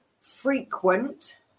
frequent